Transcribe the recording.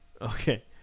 Okay